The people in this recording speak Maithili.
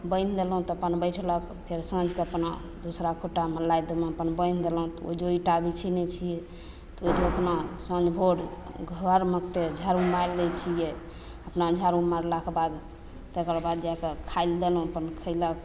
बान्हि देलहुँ तऽ अपन बैठलक फेर साँझके अपना दूसरा खूटामे लादिमे अपन बान्हि देलहुँ ओइजाँ ईटा बिछेने छियै तऽ ओइजाँ अपना साँझ भोर घरमे झाड़ू मारि दै छियै अपना झाड़ू मारलाक बाद तकर बाद जाकऽ खाय लए देलहुँ अपन खयलक